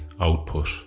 output